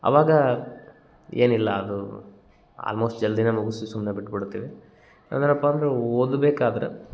ಅವಾಗ ಏನಿಲ್ಲ ಅದು ಆಲ್ಮೋಶ್ಟ್ ಜಲ್ದಿನೇ ಮುಗಿಸಿ ಸುಮ್ಮನೆ ಬಿಟ್ಬಿಡ್ತೀವಿ ಅಂದರೆ ಓದ್ಬೇಕಾದ್ರೆ